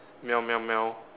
meow meow meow